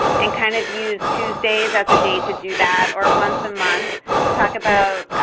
and kind of use tuesday's as a day to do that, or once a month talk about